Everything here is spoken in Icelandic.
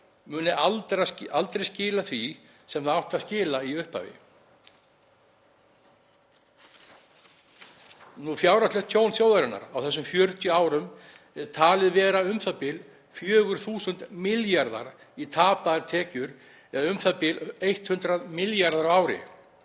muni aldrei skila því sem það átti að skila í upphafi. Fjárhagslegt tjón þjóðarinnar á þessum 40 árum er talið vera u.þ.b. 4.000 milljarðar í tapaðar tekjur eða u.þ.b. eins og 100 milljarðar á ári.